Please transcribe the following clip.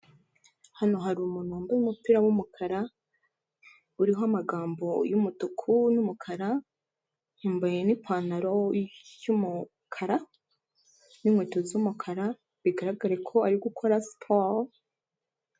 Hano hari umuntu wambaye umupira w'umukara, uriho amagambo y'umutuku n'umukara, yambaye n'ipantaro y'umukara n'inkweto z'umukara bigaragarare ko ari gukora siporo.